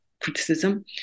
criticism